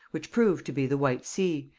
which proved to be the white sea,